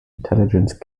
intelligence